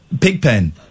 Pigpen